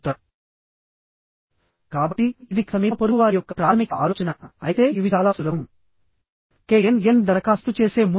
ఇక్కడ ఇది ఈ మూడు ప్రత్యామ్నాయాలతో ఫెయిల్యూర్ అయ్యే అవకాశాలు ఉన్నాయి